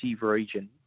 region